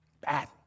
Bad